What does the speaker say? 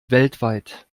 weltweit